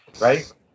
right